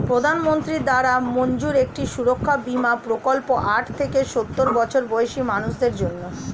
প্রধানমন্ত্রী দ্বারা মঞ্জুর একটি সুরক্ষা বীমা প্রকল্প আট থেকে সওর বছর বয়সী মানুষদের জন্যে